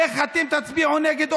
איך אתם תצביעו נגד?